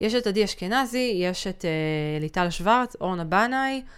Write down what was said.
יש את עדי אשכנזי, יש את ליטל שוורץ, אורנה בנאי.